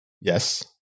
Yes